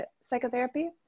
psychotherapy